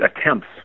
attempts